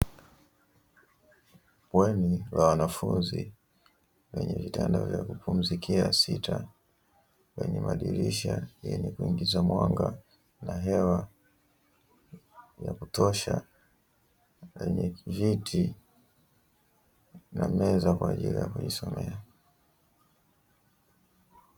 Bweni la wanafunzi lenye vitanda vya kupumzikia sita, lenye madirisha yenye kuingiza mwanga na hewa ya kutosha, lenye viti na meza kwa ajili ya kujisomea.